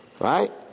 Right